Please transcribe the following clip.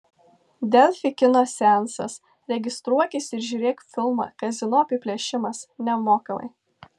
delfi kino seansas registruokis ir žiūrėk filmą kazino apiplėšimas nemokamai